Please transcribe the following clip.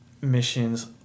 missions